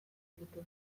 dituzue